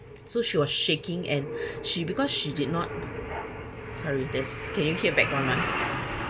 so she was shaking and she because she did not sorry there's can you hear background noise